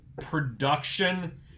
production